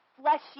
fleshy